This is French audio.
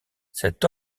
cet